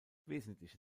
wesentliche